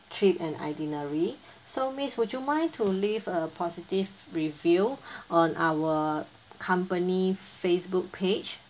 trip and itinerary so miss would you mind to leave a positive review on our company facebook page